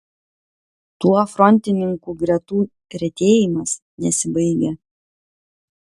tuo frontininkų gretų retėjimas nesibaigia